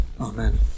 Amen